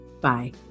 Bye